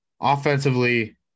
offensively